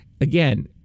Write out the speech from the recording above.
again